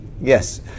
Yes